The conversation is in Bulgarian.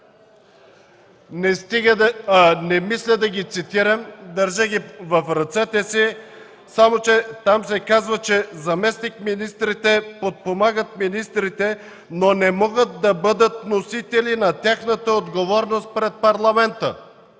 Не мисля да ги цитирам, държа ги в ръцете си, само че там се казва, че „заместник-министрите подпомагат министрите, но не могат да бъдат носители на тяхната отговорност пред Парламента”.